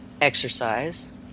exercise